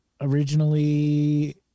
originally